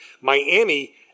Miami